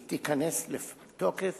היא תיכנס לתוקף